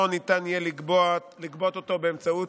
לא ניתן יהיה לגבות אותו באמצעות